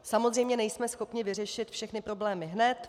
Samozřejmě nejsme schopni vyřešit všechny problémy hned.